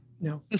No